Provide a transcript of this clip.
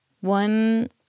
one